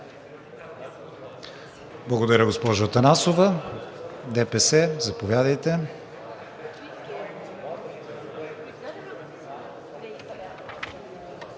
Благодаря, госпожо Атанасова. ДПС – заповядайте.